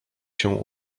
się